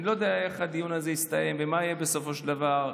אני לא יודע איך הדיון הזה יסתיים ומה יהיה בסופו של דבר,